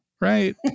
right